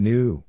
New